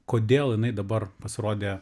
kodėl jinai dabar pasirodė